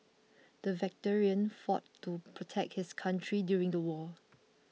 the veteran fought to protect his country during the war